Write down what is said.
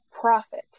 profit